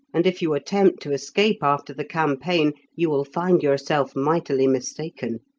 and if you attempt to escape after the campaign, you will find yourself mightily mistaken.